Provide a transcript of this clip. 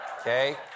Okay